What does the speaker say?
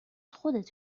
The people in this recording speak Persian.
خودت